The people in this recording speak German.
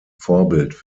vorbild